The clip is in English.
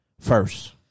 first